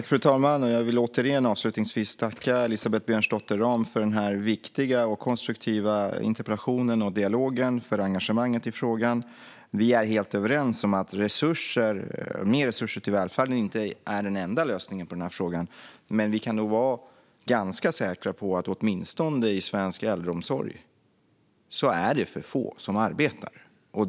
Fru talman! Jag vill avslutningsvis återigen tacka Elisabeth Björnsdotter Rahm för denna viktiga och konstruktiva interpellation och dialog liksom för engagemanget i frågan. Vi är helt överens om att mer resurser till välfärden inte är den enda lösningen på den här frågan, men vi kan nog vara ganska säkra på att det åtminstone i svensk äldreomsorg är för få som arbetar.